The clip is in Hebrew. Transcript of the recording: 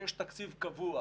שיש תקציב קבוע